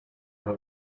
her